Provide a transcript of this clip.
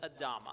Adama